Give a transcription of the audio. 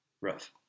Rough